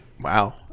Wow